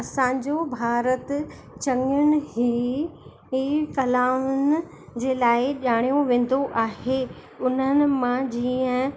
असांजो भारत चङियुनि ई ई कलाउनि जे लाइ ॼाणियो वेंदो आहे उन्हनि मां जीअं